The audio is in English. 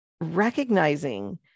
recognizing